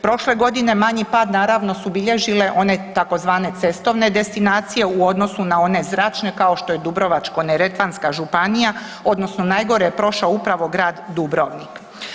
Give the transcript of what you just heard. Prošle godine manji pad naravno su bilježile one tzv. cestovne destinacije u odnosu na one zračne kao što je Dubrovačko-neretvanska županija odnosno najgore je prošao upravo grad Dubrovnik.